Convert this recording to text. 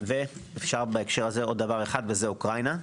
בהקשר הזה, אוקראינה.